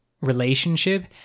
relationship